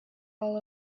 all